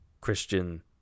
Christian